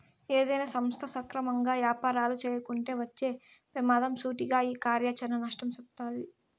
ఏదైనా సంస్థ సక్రమంగా యాపారాలు చేయకుంటే వచ్చే పెమాదం సూటిగా ఈ కార్యాచరణ నష్టం సెప్తాది